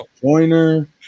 Pointer